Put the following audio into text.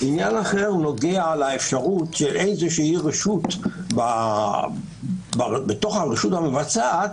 עניין אחר נוגע לאפשרות שאיזה רשות ברשות המבצעת